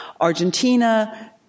Argentina